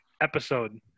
episode